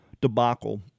debacle